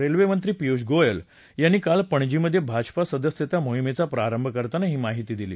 रेल्वेमंत्री पियुष गोयल यांनी काल पणजीमधे भाजपा सदस्यता मोहिमेचा प्रांरभ करताना ही माहिती दिली